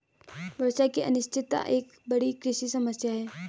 वर्षा की अनिश्चितता एक बड़ी कृषि समस्या है